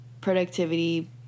productivity